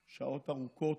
שעות ארוכות,